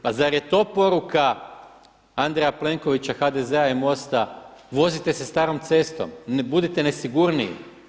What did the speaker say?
Pa zar je to poruka Andreja Plenkovića, HDZ-a i MOST-a vozite se starom cestom, budite nesigurniji?